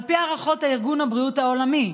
על פי הערכות ארגון הבריאות העולמי,